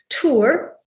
tour